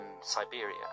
Siberia